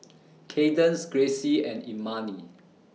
Cadence Gracie and Imani